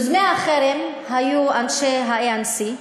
יוזמי החרם היו אנשי ה-ANC,